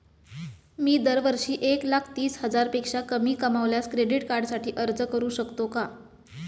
मी दरवर्षी एक लाख तीस हजारापेक्षा कमी कमावल्यास क्रेडिट कार्डसाठी अर्ज करू शकतो का?